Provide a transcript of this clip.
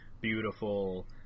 beautiful